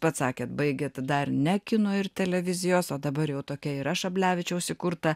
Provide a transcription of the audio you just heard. pats sakėt baigiat dar ne kino ir televizijos o dabar jau tokia yra šablevičiaus įkurta